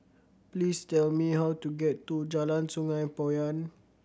please tell me how to get to Jalan Sungei Poyan